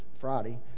Friday